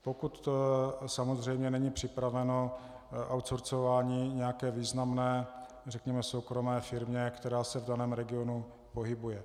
Pokud samozřejmě není připraveno outsourceování nějaké významné, řekněme soukromé firmě, která se v daném regionu pohybuje.